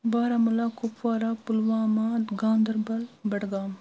Baramulla Kupwara Pulwama Ganderbal Budgam